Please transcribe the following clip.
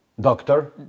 Doctor